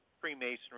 freemasonry